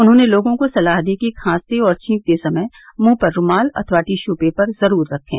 उन्होंने लोगों को सलाह दी कि खांसते और छींकते समय मुंह पर रूमाल अथवा टिश्यू पेपर जरूर रखें